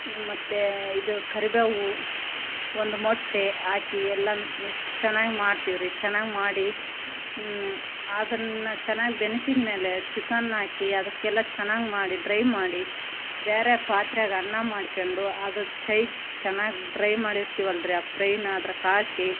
ಮತ್ತು ಇದು ಕರಿಬೇವು ಒಂದು ಮೊಟ್ಟೆ ಹಾಕಿ ಎಲ್ಲ ಮಿಕ್ಸ್ ಚೆನ್ನಾಗಿ ಮಾಡ್ತೀವ್ರಿ ಚೆನ್ನಾಗಿ ಮಾಡಿ ಅದನ್ನ ಚೆನ್ನಾಗಿ ಬೆನ್ಸಿದ ಮೇಲೆ ಚಿಕನ್ ಹಾಕಿ ಅದಕ್ಕೆಲ್ಲ ಚೆನ್ನಾಗಿ ಮಾಡಿ ಡ್ರೈ ಮಾಡಿ ಬೇರೆ ಪಾತ್ರೆಗೆ ಅನ್ನ ಮಾಡ್ಕೊಂಡು ಅದು ಚೈ ಚೆನ್ನಾಗಿ ಡ್ರೈ ಮಾಡಿರ್ತೀವಲ್ರಿ ಆ ಪ್ರೈನ ಅದಕ್ ಹಾಕಿ